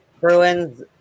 Bruins